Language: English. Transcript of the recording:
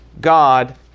God